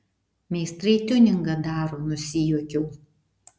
meistrai tiuningą daro nusijuokiau